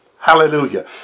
Hallelujah